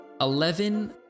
Eleven